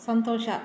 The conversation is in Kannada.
ಸಂತೋಷ